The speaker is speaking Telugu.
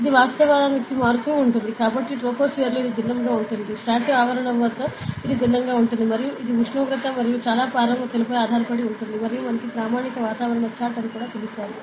ఇది వాస్తవానికి మారుతూ ఉంటుంది కాబట్టి ట్రోపోస్పియర్లో ఇది భిన్నంగా ఉంటుంది స్ట్రాటో ఆవరణ ఇది భిన్నంగా ఉంటుంది మరియు ఇది ఉష్ణోగ్రత మరియు చాలా పారామితులపై ఆధారపడి ఉంటుంది మరియు మనకు ప్రామాణిక వాతావరణ చార్ట్ అని పిలుస్తారు